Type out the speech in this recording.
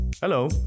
hello